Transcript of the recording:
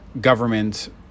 government